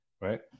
right